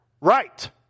Right